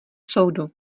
soudu